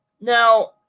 now